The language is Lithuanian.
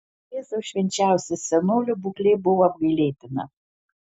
jėzau švenčiausias senolio būklė buvo apgailėtina